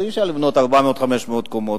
אי-אפשר לבנות 400 500 קומות,